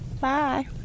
Bye